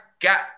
got